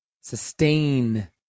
sustain